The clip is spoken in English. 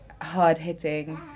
hard-hitting